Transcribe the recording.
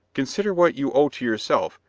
consider what you owe to yourself,